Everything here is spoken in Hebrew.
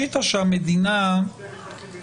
יש הרבה חברי כנסת פה שטוענים שהרוב שבו התקבל